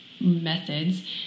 methods